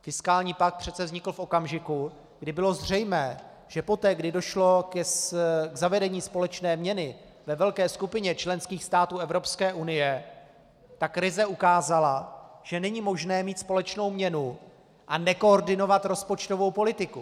Fiskální pakt přece vznikl v okamžiku, kdy bylo zřejmé, že poté kdy došlo k zavedení společné měny ve velké skupině členských států EU, tak krize ukázala, že není možné mít společnou měnu a nekoordinovat rozpočtovou politiku.